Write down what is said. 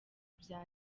bya